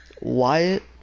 Wyatt